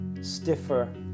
stiffer